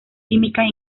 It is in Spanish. químicas